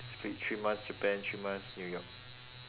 split three months japan three months new york